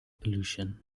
pollution